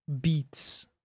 beats